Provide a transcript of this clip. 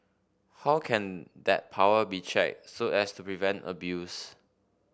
how can that power be checked so as to prevent abuse